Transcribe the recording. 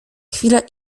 chwilę